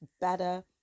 better